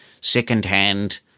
second-hand